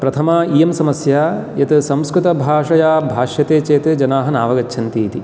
प्रथमा इयं समस्या यत् संस्कृतभाषया भाष्यते चेत जनाः नावगच्छन्ति इति